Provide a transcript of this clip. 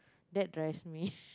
that drives me